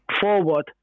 forward